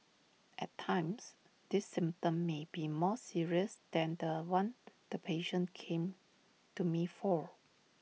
at times this symptom may be more serious than The One the patient came to me for